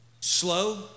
Slow